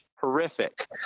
horrific